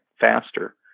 faster